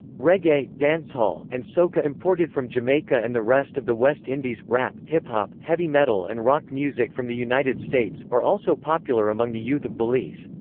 reggae, dancehall, and soca imported from jamaica and the rest of the west indies, rap, hip-hop, heavy metal and rock music from the united states, are also popular among the youth of belize.